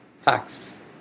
facts